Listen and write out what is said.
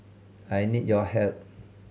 I need your help